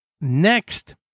next